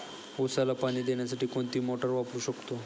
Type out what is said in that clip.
उसाला पाणी देण्यासाठी कोणती मोटार वापरू शकतो?